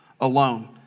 alone